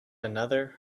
another